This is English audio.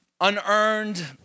unearned